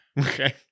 okay